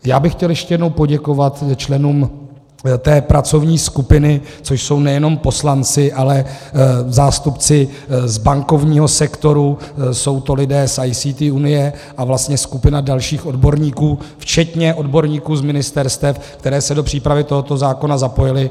Já bych chtěl ještě jednou poděkovat členům pracovní skupiny, což jsou nejenom poslanci, ale zástupci z bankovního sektoru, jsou to lidé z ICT Unie a vlastně skupina dalších odborníků, včetně odborníků z ministerstev, která se do přípravy tohoto zákona zapojila.